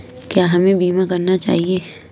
क्या हमें बीमा करना चाहिए?